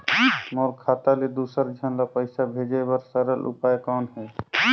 मोर खाता ले दुसर झन ल पईसा भेजे बर सरल उपाय कौन हे?